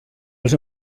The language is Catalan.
els